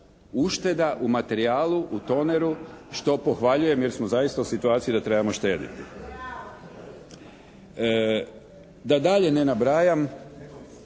ušteda u materijalu, u toneru što pohvaljujem jer smo zaista u situaciji da trebamo štediti. Da dalje ne nabrajam